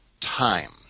time